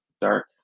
dark